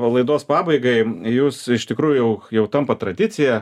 o laidos pabaigai jūs iš tikrųjų jau tampa tradicija